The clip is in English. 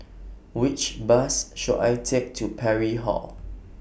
Which Bus should I Take to Parry Hall